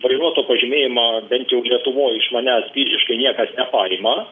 vairuotojo pažymėjimo bent jau lietuvoj iš manęs fiziškai niekas nepaima